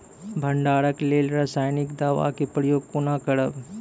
भंडारणक लेल रासायनिक दवेक प्रयोग कुना करव?